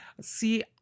see